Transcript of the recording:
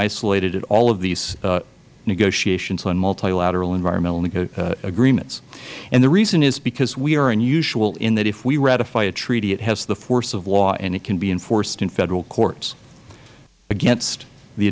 isolated at all of these negotiations on multilateral environmental agreements and the reason is because we are unusual in that if we ratify a treaty it has the force of law and it can be enforced in federal courts against the